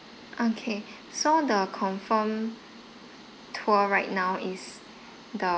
okay so the confirmed tour right now is